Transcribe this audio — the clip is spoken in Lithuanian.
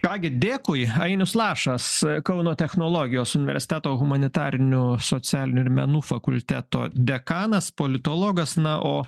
ką gi dėkui ainius lašas kauno technologijos universiteto humanitarinių socialinių ir menų fakulteto dekanas politologas na o